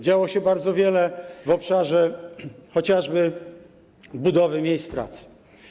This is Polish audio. Działo się bardzo wiele w obszarze chociażby budowy miejsc pracy.